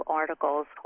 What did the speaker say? articles